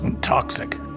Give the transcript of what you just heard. toxic